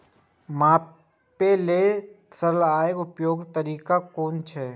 मापे लेल सरल आर उपयुक्त तरीका कुन छै?